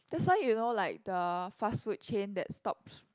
that's why you know like the fast food chain that stops